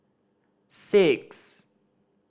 six